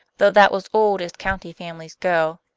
though that was old as county families go.